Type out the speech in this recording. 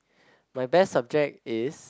my best subject is